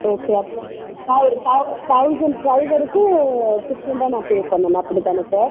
okay அப்பறம் நா ஒரு தௌ தௌச தௌசண் தௌசணுக்கு சிக்ஸ்ட்டின் தான் நான் பே பண்ணணும் அப்படி தானே சார்